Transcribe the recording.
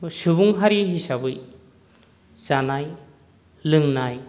सुबुं हारि हिसाबै जानाय लोंनाय